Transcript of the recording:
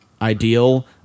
ideal